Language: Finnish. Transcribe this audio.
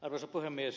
arvoisa puhemies